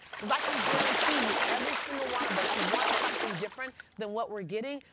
because i can guarantee you, every single one of us who wants something different than what we're getting,